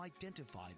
identify